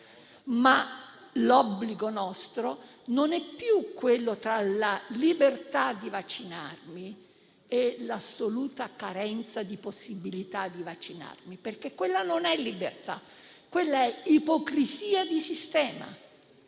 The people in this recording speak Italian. ma l'obbligo nostro non rientra più tra la libertà di vaccinarmi e l'assoluta carenza di possibilità di vaccinarmi, perché quella non è libertà, è ipocrisia di sistema.